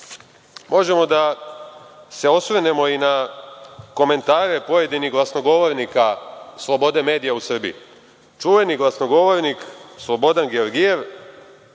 Možemo da se osvrnemo i na komentare pojedinih glasnogovornika slobode medija u Srbiji. Čuveni glasnogovornik Slobodan Georgijev,